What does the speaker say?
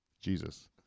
Jesus